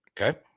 Okay